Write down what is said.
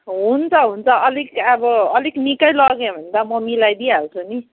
हुन्छ हुन्छ अलिक अब अलिक निकै लग्यो भने त म मिलाइदिइहाल्छु नि